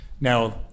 Now